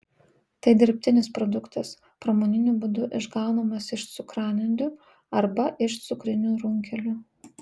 tai dirbtinis produktas pramoniniu būdu išgaunamas iš cukranendrių arba iš cukrinių runkelių